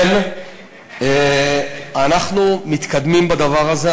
אנחנו מתקדמים בדבר הזה.